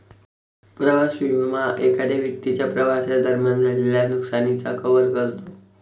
प्रवास विमा एखाद्या व्यक्तीच्या प्रवासादरम्यान झालेल्या नुकसानाची कव्हर करतो